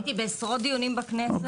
הייתי בעשרות דיונים בכנסת.